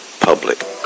Public